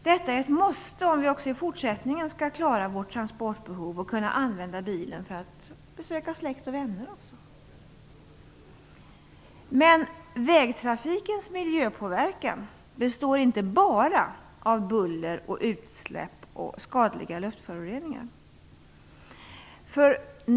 Detta är ett måste om vi också i fortsättningen skall klara vårt transportbehov och kunna använda bilen också för att besöka släkt och vänner. Men vägtrafikens miljöpåverkan består inte bara av buller och utsläpp av skadliga luftföroreningar.